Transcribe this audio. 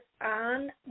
on